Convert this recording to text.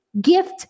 gift